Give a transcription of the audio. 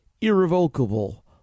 irrevocable